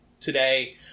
today